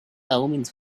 omens